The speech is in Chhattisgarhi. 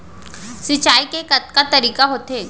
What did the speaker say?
सिंचाई के कतका तरीक़ा होथे?